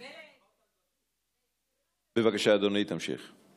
אדוני, תמשיך.